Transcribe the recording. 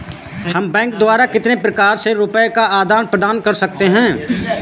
हम बैंक द्वारा कितने प्रकार से रुपये का आदान प्रदान कर सकते हैं?